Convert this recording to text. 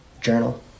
journal